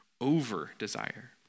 over-desire